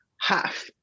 half